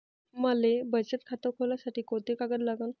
मले बचत खातं खोलासाठी कोंते कागद लागन?